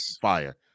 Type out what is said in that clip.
fire